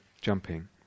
jumping